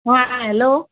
हां हॅलो